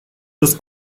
los